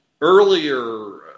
Earlier